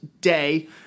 day